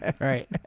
Right